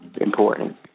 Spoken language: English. important